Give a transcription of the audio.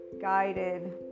guided